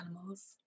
animals